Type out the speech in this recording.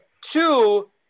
Two